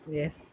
yes